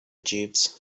jeeves